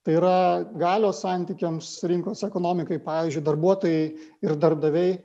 tai yra galios santykiams rinkos ekonomikai pavyzdžiui darbuotojai ir darbdaviai